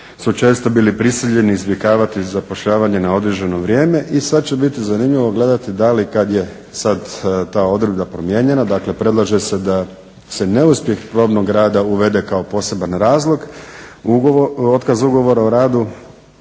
su često bili prisiljeni izbjegavati zapošljavanje na određeno vrijeme i sad će biti zanimljivo gledati da li kad je sad ta odredba promijenjena, dakle predlaže se da se neuspjeh probnog rada uvede kao poseban razlog u otkaz ugovora o radu,